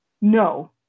no